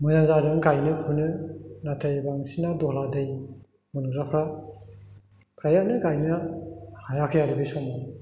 मोजां जादों गायनो फुनो नाथाय बांसिना दहला दै मोनग्राफ्रा फ्रायानो गायनो हायाखै आरो बे समाव